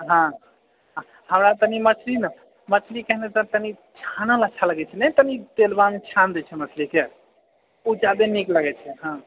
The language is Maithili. हाँ हमरा तनि मछली ने मछली केहन तऽ तनि छानल अच्छा लगै छै ने तनि तेलम छान दए छै मछलीके ओ जादे नीक लागैत छै हाँ